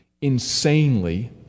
Insanely